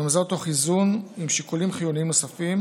אולם זאת תוך איזון עם שיקולים חיוניים נוספים,